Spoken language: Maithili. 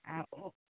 आ ओ